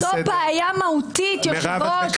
וזו בעיה מהותית, היושב ראש.